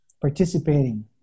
participating